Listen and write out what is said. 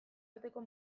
arteko